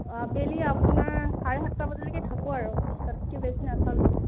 আবেলি আপোনাৰ চাৰে সাতটা বজালৈকে থাকোঁ আৰু তাতকৈ বেছি নাথাকোঁ